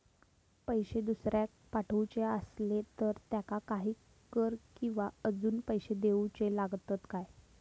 पैशे दुसऱ्याक पाठवूचे आसले तर त्याका काही कर किवा अजून पैशे देऊचे लागतत काय?